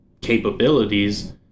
capabilities